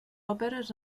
òperes